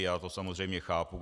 Já to samozřejmě chápu.